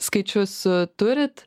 skaičius turit